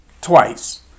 twice